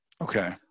Okay